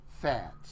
fads